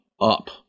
up